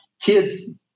kids